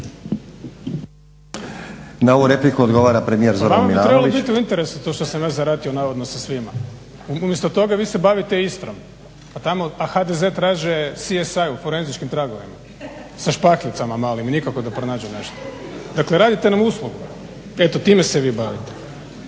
Na ovu repliku odgovara premijer Zoran Milanović.